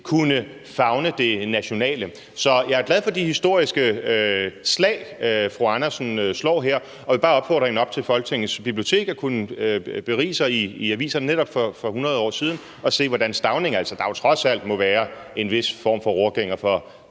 kunne favne det nationale. Så jeg er glad for de historiske slag, fru Theresa Berg Andersen slår her, og jeg vil bare opfordre hende til at gå op i Folketingets bibliotek og berige sig i aviserne fra netop for 100 år siden og se, hvordan Stauning – der jo trods alt må være en vis form for rorgænger for